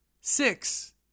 Six